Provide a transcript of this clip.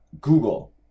google